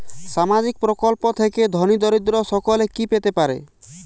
সামাজিক প্রকল্প থেকে ধনী দরিদ্র সকলে কি পেতে পারে?